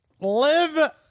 Live